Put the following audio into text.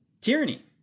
tyranny